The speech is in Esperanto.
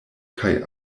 kaj